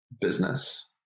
business